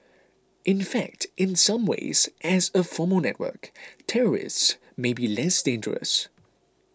in fact in some ways as a formal network terrorists may be less dangerous